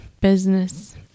business